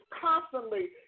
constantly